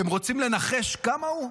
אתם רוצים לנחש כמה הוא?